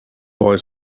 boy